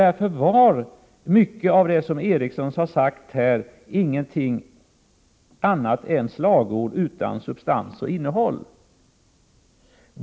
Därför var mycket av det som Per-Ola Erikssson sade här ingenting annat än slagord utan substans och innehåll.